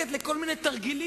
פוליטי.